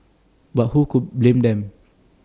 but who could blame them